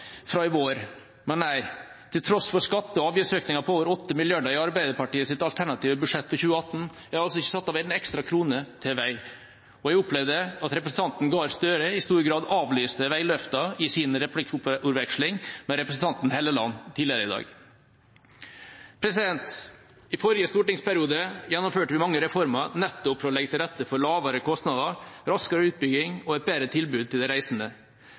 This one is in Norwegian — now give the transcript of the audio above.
fra i vår. Men nei, til tross for skatte- og avgiftsøkninger på over 8 mrd. kr i Arbeiderpartiets alternative budsjett for 2018 er det altså ikke satt av en ekstra krone til vei. Jeg opplevde at representanten Gahr Støre i stor grad avlyste veiløfter i sin replikkveksling med representanten Helleland tidligere i dag. I forrige stortingsperiode gjennomførte vi mange reformer nettopp for å legge til rette for lavere kostnader, raskere utbygging og et bedre tilbud til de reisende.